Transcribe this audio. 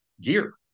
gear